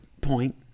point